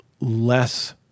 less